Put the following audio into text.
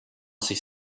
sich